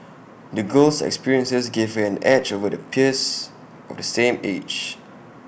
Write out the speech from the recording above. the girl's experiences gave her an edge over her peers of the same age